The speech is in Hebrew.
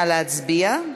נא להצביע.